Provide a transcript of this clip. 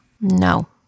No